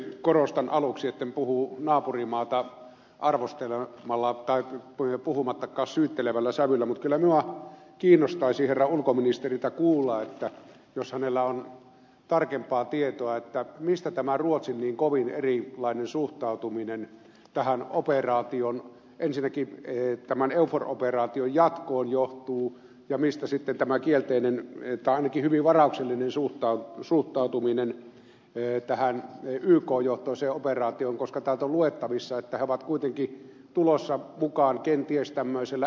korostan aluksi etten puhu naapurimaata arvostelevalla puhumattakaan syyttelevällä sävyllä mutta kyllä minua kiinnostaisi herra ulkoministeriltä kuulla jos hänellä on tarkempaa tietoa mistä tämä ruotsin niin kovin erilainen suhtautuminen tähän operaatioon ensinnäkin tämän eufor operaation jatkoon johtuu ja mistä sitten tämä kielteinen tai ainakin hyvin varauksellinen suhtautuminen tähän yk johtoiseen operaatioon koska täältä on luettavissa että he ovat kuitenkin tulossa mukaan kenties tämmöisellä esikuntaosastolla